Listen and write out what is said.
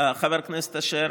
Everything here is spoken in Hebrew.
חבר הכנסת אשר,